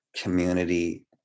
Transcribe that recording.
community